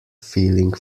feeling